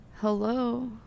Hello